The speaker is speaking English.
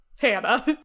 Hannah